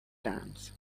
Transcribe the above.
times